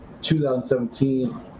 2017